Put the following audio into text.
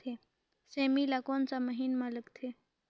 सेमी ला कोन सा महीन मां लगथे?